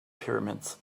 pyramids